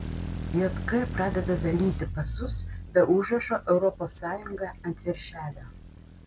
jk pradeda dalyti pasus be užrašo europos sąjunga ant viršelio